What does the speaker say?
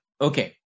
okay